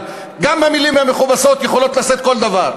אבל גם המילים המכובסות יכולות לשאת כל דבר.